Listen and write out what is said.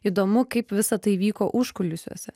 įdomu kaip visa tai vyko užkulisiuose